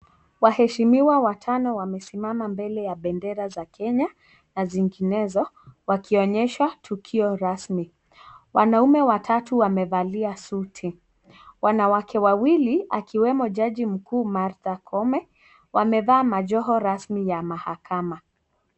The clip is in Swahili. Waheshimiwa watano wamesimama mbele ya bendera za Kenya, na zinginezo wakionyesha tukio rasmi. Wanaume watatu wamevalia suti. Wanawake wawili akiwemo jaji mkuu Martha Koome, wamevaa majoho rasmi ya mahakama.